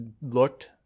looked—